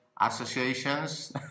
associations